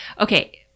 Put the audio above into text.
Okay